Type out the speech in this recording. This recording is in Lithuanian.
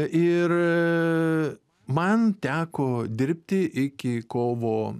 ir man teko dirbti iki kovo